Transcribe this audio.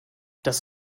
das